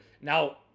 Now